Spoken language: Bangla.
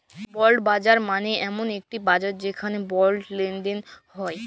বন্ড বাজার মালে এমল একটি বাজার যেখালে বন্ড লেলদেল হ্য়েয়